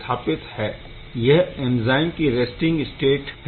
यह एंज़ाइम की resting state है